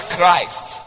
Christ